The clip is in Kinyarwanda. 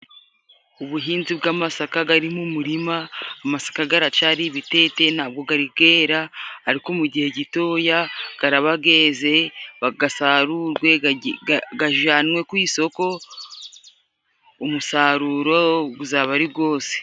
Ubuhinzi bw'amasaka gari mu murima; amasaka garacari ibitete, ntago gari gera ariko mu gihe gitoya garaba geze bagasarurwe gajanwe ku isoko umusaruro guzaba ari gwose.